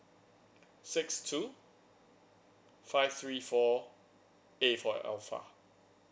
six two five three four A for alpha